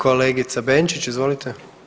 Kolegica Benčić, izvolite.